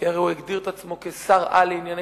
כי הרי הוא הגדיר את עצמו כשר-על לענייני